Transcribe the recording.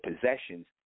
possessions